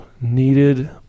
needed